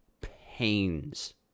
pains